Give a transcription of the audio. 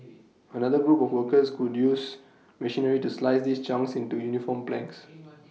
another group of workers would use machinery to slice these chunks into uniform planks